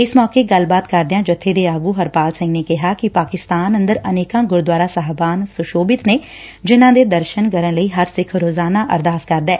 ਇਸ ਮੌਕੇ ਗੱਲਬਾਤ ਕਰਦਿਆ ਜੱਬੇ ਦੇ ਆਗੁ ਹਰਪਾਲ ਸਿੰਘ ਨੇ ਕਿਹਾ ਕਿ ਪਾਕਿਸਤਾਨ ਅੰਦਰ ਅਨੇਕਾਂ ਗੁਰਦੁਆਰਾ ਸਾਹਿਬਾਨ ਸ਼ੋਸੋਭਿਤ ਨੇ ਜਿਨਾਂ ਦੇ ਦੁਰਸ਼ਨ ਕਰਨ ਲਈ ਹਰ ਸਿੱਖ ਰੋਜ਼ਾਨਾ ਅਰਦਾਸ ਕਰਦੈ